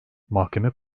mahkeme